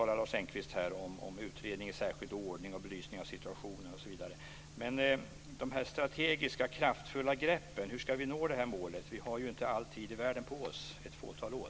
Lars Engqvist talar om utredning i särskild ordning, belysning av situationen osv. Men det gäller ju de strategiska, kraftfulla greppen! Hur ska vi nå målet? Vi har ju inte all tid i världen på oss, utan ett fåtal år.